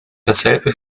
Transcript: dasselbe